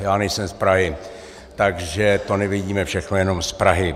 Já nejsem z Prahy, takže to nevidíme všechno jenom z Prahy.